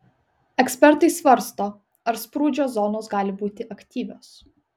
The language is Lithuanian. ekspertai svarsto ar sprūdžio zonos gali būti aktyvios